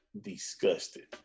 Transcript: disgusted